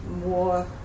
more